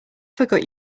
forgot